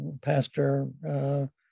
pastor